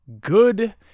good